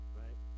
right